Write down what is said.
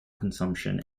consumption